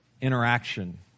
interaction